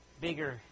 bigger